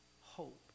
hope